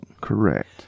Correct